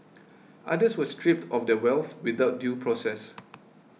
others were stripped of their wealth without due process